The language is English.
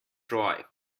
joy